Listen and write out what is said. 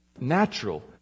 natural